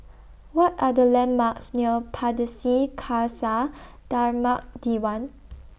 What Are The landmarks near Pardesi Khalsa Dharmak Diwan